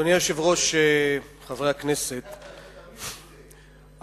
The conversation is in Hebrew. אדוני היושב-ראש, חברי הכנסת,